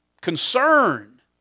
concern